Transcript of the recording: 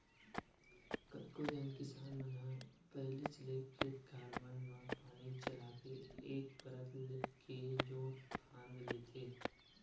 कतको झन किसान मन ह पहिलीच ले खेत खार मन म पानी चलाके एक परत के जोंत फांद लेथे